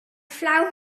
flauw